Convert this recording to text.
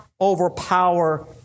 overpower